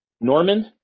Norman